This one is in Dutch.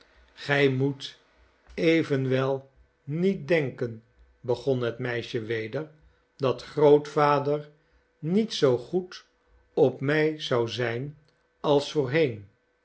gij moet evenwel niet denken begon het meisje weder dat grootvader niet zoo goed op mij zou zijn als voorheen